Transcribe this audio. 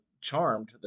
Charmed